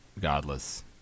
godless